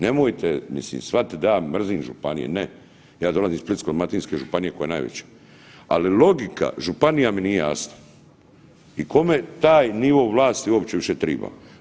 Nemojte shvatiti da ja mrzim županije, ne, ja dolazim iz Splitsko-dalmatinske županije koja je najveća, ali logika županija mi nije jasna i kome taj nivo vlasti uopće više triba.